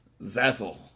zazzle